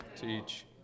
teach